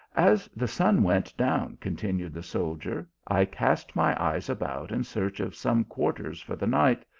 as the sun went down, continued the soldier, i cast my eyes about in search of some quarters for the night,